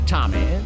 Tommy